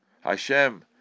Hashem